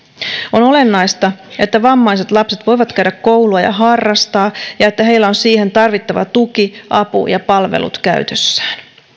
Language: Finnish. on olennaista että vammaiset lapset voivat käydä koulua ja harrastaa ja että heillä on siihen tarvittava tuki apu ja palvelut käytössään